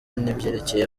n’ibyerekeye